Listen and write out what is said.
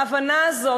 ההבנה הזאת,